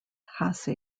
hasse